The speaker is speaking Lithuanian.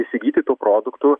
įsigyti tų produktų